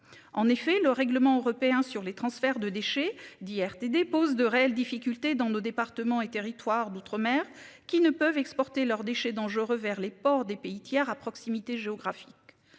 En effet, le règlement européen sur les transferts de déchets dits RTD pose de réelles difficultés dans nos départements et territoires d'outre-mer qui ne peuvent exporter leurs déchets dangereux vers les ports des pays tiers à proximité géographique.